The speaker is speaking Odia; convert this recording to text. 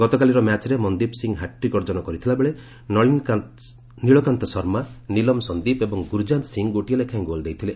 ଗତକାଲିର ମ୍ୟାଚ୍ରେ ମନଦୀପ ସିଂହ ହାଟ୍ରିକ୍ ଅର୍ଜନ କରିଥିଲାବେଳେ ନୀଳକାନ୍ତ ଶର୍ମା ନିଲମ ସଂଦୀପ ଏବଂ ଗୁର୍ଜାନ୍ତ ସିଂହ ଗୋଟିଏ ଲେଖାଏଁ ଗୋଲ୍ ଦେଇଥିଲେ